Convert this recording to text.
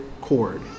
cord